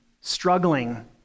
struggling